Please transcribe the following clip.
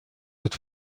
had